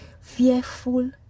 fearful